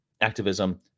activism